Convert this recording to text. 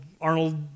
Arnold